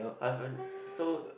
I've earn so